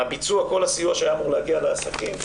מהביצוע, כל הסיוע שהיה אמור להגיע לעסקים,